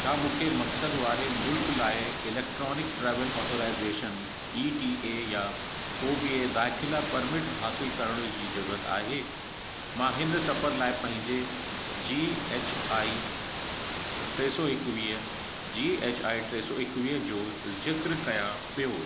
छा मूंखे मक़सदु वारे मुल्क लाइ electronic travel authorization E T A या को ॿिए दाख़िला परमिट हासिलु करण जी ज़रूरत आहे मां हिन सफ़र लाइ पंहिंजे जी एच आई टे सौ एकवीह जे एच आई टे सौ एकवीह जो ज़िक्र कयां पियो